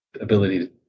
ability